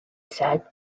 said